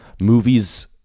movies